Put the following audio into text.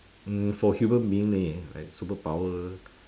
um for human being leh like superpower